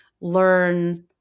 learn